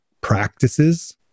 practices